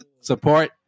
Support